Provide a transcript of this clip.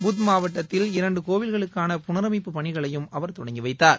புத் மாவட்டத்தில் இரண்டு கோவில்களுக்கான புனரமைப்பு பணிகளையும் அவர் தொடங்கி வைத்தார்